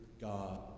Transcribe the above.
God